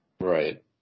Right